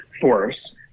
force